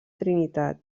trinitat